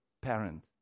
parent